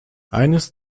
eines